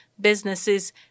businesses